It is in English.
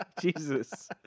Jesus